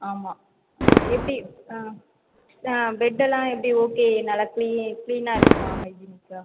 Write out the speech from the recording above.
ஆமாம் ஆ எப்படி ஆ ஆ பெட்டெல்லாம் எப்படி ஓகே நல்லா க்ளீனாக இருக்குமா ஹைஜீனிக்காக